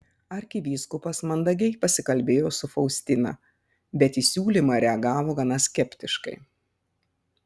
arkivyskupas mandagiai pasikalbėjo su faustina bet į siūlymą reagavo gana skeptiškai